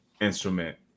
instrument